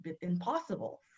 impossible